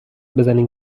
بزنین